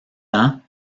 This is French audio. ans